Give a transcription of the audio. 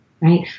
Right